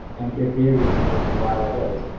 and give their reasons as to why that is.